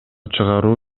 чыгаруу